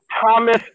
Thomas